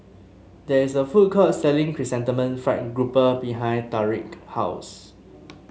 there is a food court selling Chrysanthemum Fried Grouper behind Tariq house